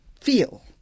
feel